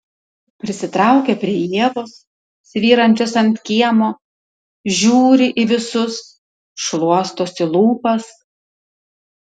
prisitraukia prie ievos svyrančios ant kiemo žiūri į visus šluostosi lūpas